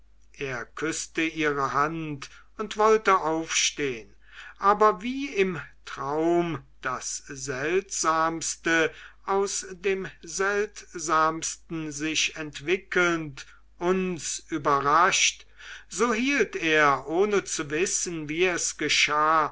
er küßte ihre hand und wollte aufstehn aber wie im traum das seltsamste aus dem seltsamsten sich entwickelnd uns überrascht so hielt er ohne zu wissen wie es geschah